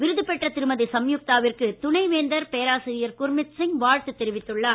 விருது பெற்ற திருமதி சம்யுக்தாவிற்கு துணைவேந்தர் பேராசிரியர் குர்மித் சிங் வாழ்த்து தெரிவித்துள்ளார்